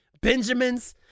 Benjamins